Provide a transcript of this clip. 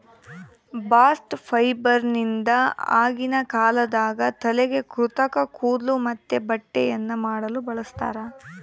bast ಫೈಬರ್ನಿಂದ ಆಗಿನ ಕಾಲದಾಗ ತಲೆಗೆ ಕೃತಕ ಕೂದ್ಲು ಮತ್ತೆ ಬಟ್ಟೆಯನ್ನ ಮಾಡಲು ಬಳಸ್ತಾರ